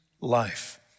life